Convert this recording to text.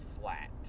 flat